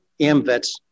AMVETS